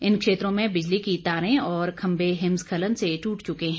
इन क्षेत्रों में बिजली की तारे और खम्भे हिमस्खलन से ट्रट चुके हैं